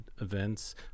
events